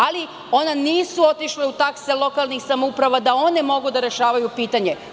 Ali, one nisu otišle u takse lokalnih samouprava da one mogu da rešavaju pitanje.